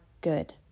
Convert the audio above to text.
good